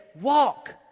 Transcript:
walk